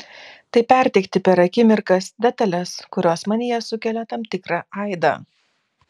tai perteikti per akimirkas detales kurios manyje sukelia tam tikrą aidą